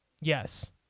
Yes